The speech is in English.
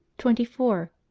twenty four.